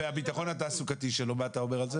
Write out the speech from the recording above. והביטחון התעסוקתי שלו, מה אתה אומר על זה?